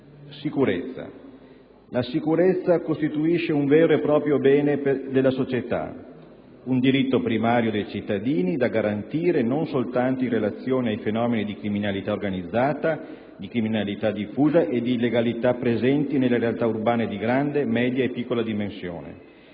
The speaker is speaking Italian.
sicurezza, che costituisce un vero e proprio bene della società, un diritto primario dei cittadini da garantire non soltanto in relazione ai fenomeni di criminalità organizzata, di criminalità diffusa e di illegalità presenti nelle realtà urbane di grandi, medie e piccole dimensioni,